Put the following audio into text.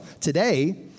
today